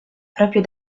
proprio